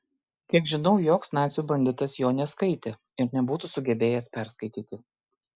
kiek žinau joks nacių banditas jo neskaitė ir nebūtų sugebėjęs perskaityti